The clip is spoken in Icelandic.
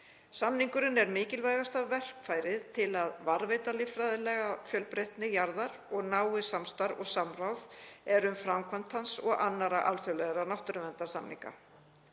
Samningurinn er mikilvægasta verkfærið til að varðveita líffræðilega fjölbreytni jarðar og náið samstarf og samráð er um framkvæmd hans og annarra alþjóðlegra náttúruverndarsamninga.